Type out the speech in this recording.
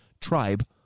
tribe